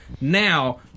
Now